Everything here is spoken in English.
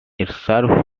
served